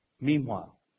Meanwhile